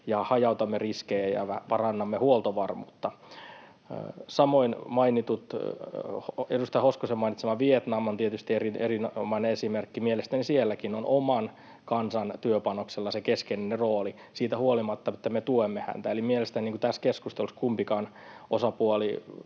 hajautamme riskejä ja parannamme huoltovarmuutta. Samoin edustaja Hoskosen mainitsema Vietnam on tietysti erinomainen esimerkki. Mielestäni sielläkin on oman kansan työpanoksella se keskeinen rooli siitä huolimatta, että me tuemme heitä. Eli mielestäni tässä keskustelussa kumpikin osapuoli